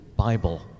Bible